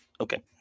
Okay